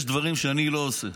יש דברים שאני לא עושה.